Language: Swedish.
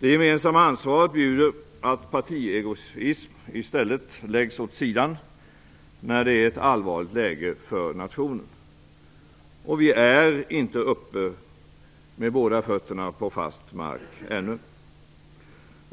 Det gemensamma ansvaret bjuder att partiegoism i stället läggs åt sidan när det är ett allvarligt läge för nationen. Vi är inte uppe med båda fötterna på fast mark ännu.